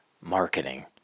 marketing